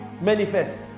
manifest